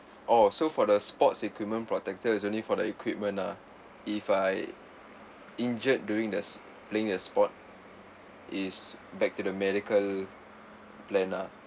orh so for the sports equipment protector is only for the equipment ah if I injured during this playing a sport is back to the medical plan ah